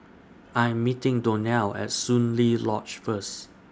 I Am meeting Donnell At Soon Lee Lodge First